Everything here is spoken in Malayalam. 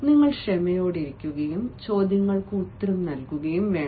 നിങ്ങൾ ക്ഷമയോടെയിരിക്കുകയും ചോദ്യങ്ങൾക്ക് ഉത്തരം നൽകുകയും വേണം